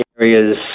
areas